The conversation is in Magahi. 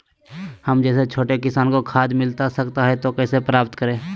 हम जैसे छोटे किसान को खाद मिलता सकता है तो कैसे प्राप्त करें?